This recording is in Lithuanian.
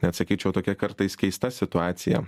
net sakyčiau tokia kartais keista situacija